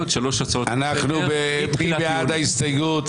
נצביע על הסתייגות